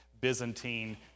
Byzantine